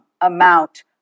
amount